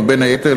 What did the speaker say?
ובין היתר,